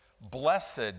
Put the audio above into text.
blessed